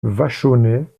vachonnet